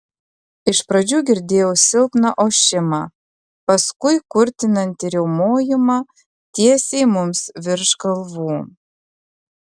iš pradžių girdėjau silpną ošimą paskui kurtinantį riaumojimą tiesiai mums virš galvų